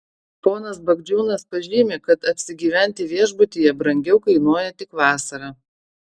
ponas bagdžiūnas pažymi kad apsigyventi viešbutyje brangiau kainuoja tik vasarą